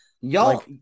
Y'all –